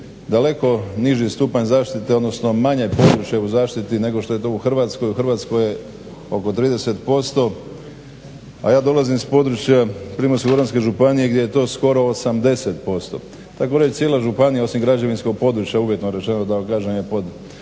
daleko niži stupanj zaštite odnosno manje područja u zaštiti nego što je to u Hrvatskoj. U Hrvatskoj je oko 30%, a ja dolazim iz područja Primorsko-goranske županije gdje je to skoro 80% tako da je cijela županija osim građevinskog područja uvjetno rečeno da vam kažem je pod